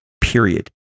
period